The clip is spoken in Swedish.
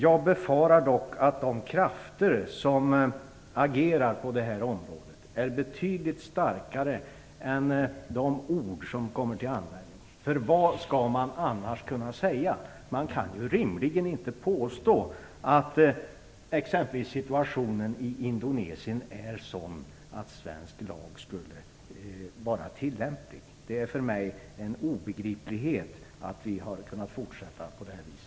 Jag befarar dock att de krafter som agerar på det här området är betydligt starkare än de ord som kommer till användning. Vad skall man annars kunna säga? Man kan rimligen inte påstå att exempelvis situationen i Indonesien är sådan att svensk lag skulle vara tillämplig. Det är för mig en obegriplighet att vi har kunnat fortsätta på det här viset.